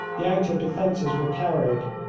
the outer defences were carried,